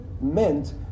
meant